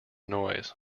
noise